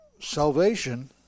Salvation